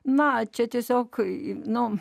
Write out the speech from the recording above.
na čia tiesiog kai nu